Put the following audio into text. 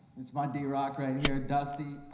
that's my drock right here, dusty.